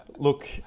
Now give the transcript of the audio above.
Look